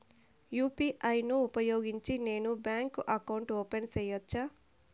UPI ను ఉపయోగించి నేను బ్యాంకు అకౌంట్ ఓపెన్ సేయొచ్చా?